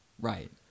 Right